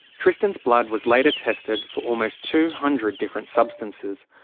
tristan's blood was later tested for almost two hundred different substances.